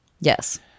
Yes